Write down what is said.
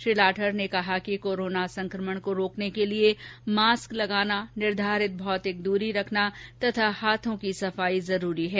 श्री लाठर ने कहा कि कोरोना संकमण को रोकने के लिये मास्क लगाना निर्धारित भौतिक दूरी रखना तथा हाथों की सफाई जरूरी है